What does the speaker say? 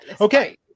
Okay